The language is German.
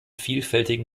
vielfältigen